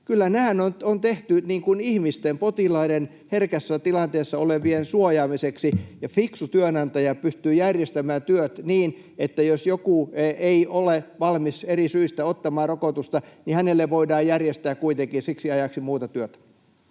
Kyllä nämä on tehty ihmisten, potilaiden, herkässä tilanteessa olevien suojaamiseksi, ja fiksu työnantaja pystyy järjestämään työt niin, että jos joku ei ole valmis eri syistä ottamaan rokotusta, niin hänelle voidaan järjestää kuitenkin siksi ajaksi muuta työtä.